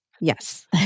Yes